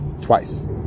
twice